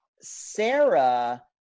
Sarah